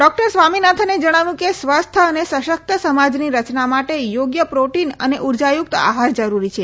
doctor સ્વામિનાથને જણાવ્યું કે સ્વસ્થ અને સશક્ત સમાજની રચના માટે યોગ્ય પ્રોટીન અને ઉર્જાયુક્ત આહાર જરૂરી છે